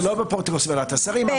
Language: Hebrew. זה לא --- ועדת השרים,